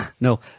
No